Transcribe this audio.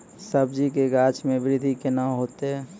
सब्जी के गाछ मे बृद्धि कैना होतै?